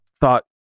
thought